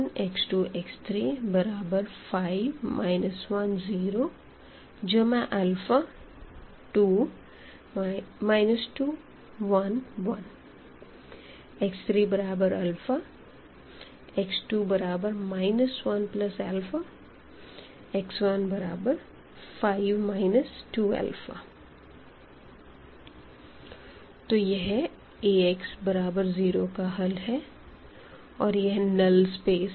x1 x2 x3 5 1 0 α 2 1 1 x3α x2 1α x15 2α तो यह Ax0 का हल है और यह नल्ल स्पेस है